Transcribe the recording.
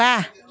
बा